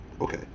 Okay